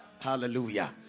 Hallelujah